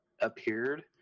appeared